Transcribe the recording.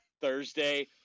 Thursday –